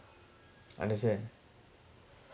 understand